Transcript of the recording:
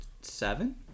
seven